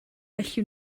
felly